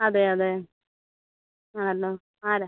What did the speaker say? അതെ അതെ ആണല്ലൊ ആണോ